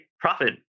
profit